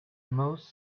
most